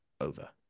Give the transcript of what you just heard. over